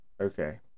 Okay